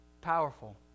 Powerful